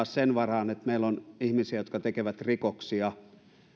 sen varaan että meillä on ihmisiä jotka tekevät rikoksia